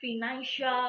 financial